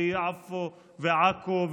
יפו ועכו,